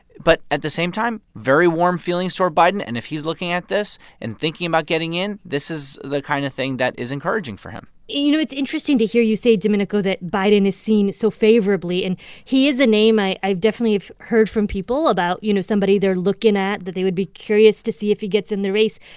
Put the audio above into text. but at the same time, very warm feelings for biden. and if he's looking at this and thinking about getting in, this is the kind of thing that is encouraging for him you know, it's interesting to hear you say, domenico, that biden is seen so favorably. and he is a name i've definitely heard from people about, you know, somebody they're looking at, that they would be curious to see if he gets in the race.